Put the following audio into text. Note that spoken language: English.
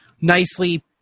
nicely